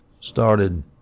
started